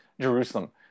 Jerusalem